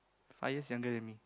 five years younger than me